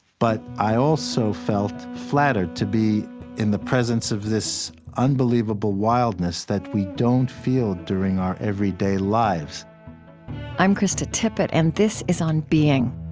but i also felt flattered to be in the presence of this unbelievable wildness that we don't feel during our everyday lives i'm krista tippett, and this is on being